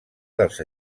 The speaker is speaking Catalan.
dels